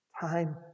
Time